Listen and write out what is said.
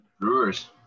Brewers